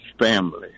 family